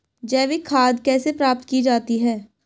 जैविक खाद कैसे प्राप्त की जाती है?